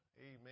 amen